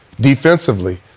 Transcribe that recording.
defensively